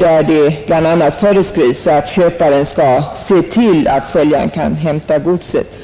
där det bl.a. föreskrivs att köparen skall se till att säljaren kan avhämta godset.